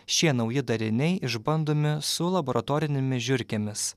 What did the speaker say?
šie nauji dariniai išbandomi su laboratorinėmis žiurkėmis